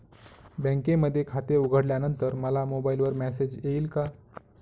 बँकेमध्ये खाते उघडल्यानंतर मला मोबाईलवर मेसेज येईल का?